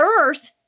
earth